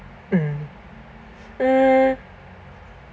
mm mm